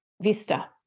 vista